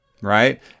Right